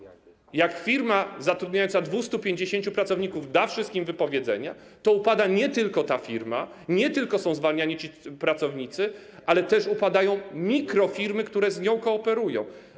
Jak firma zatrudniająca 250 pracowników da wszystkim wypowiedzenia, to upada nie tylko ta firma, nie tylko są zwalniani ci pracownicy, ale też upadają mikrofirmy, które z nią kooperują.